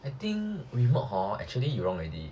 I think remod hor actually you wrong already